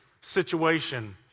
situation